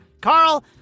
Carl